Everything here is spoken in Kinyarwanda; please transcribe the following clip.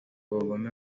abagome